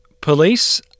Police